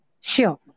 Sure